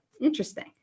Interesting